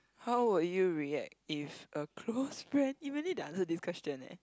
how would you react if a close friend you may need to answer this question eh